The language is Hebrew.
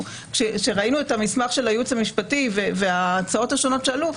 וכשראינו את המסמך של הייעוץ המשפטי וההצעות השונות שעלו,